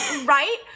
Right